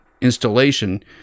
installation